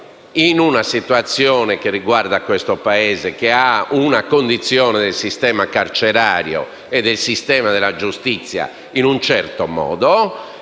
in una situazione che riguarda questo Paese che vede una certa condizione del sistema carcerario e del sistema della giustizia, privati dei